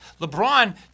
LeBron